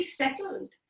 settled